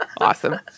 Awesome